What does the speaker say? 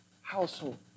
household